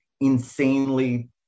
insanely